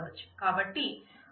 కాబట్టి రెండూ అందుబాటులో ఉంటాయి